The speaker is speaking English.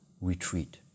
retreat